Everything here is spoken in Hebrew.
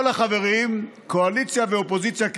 כל החברים, קואליציה ואופוזיציה כאחד,